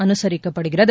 அனுசரிக்கப்படுகிறது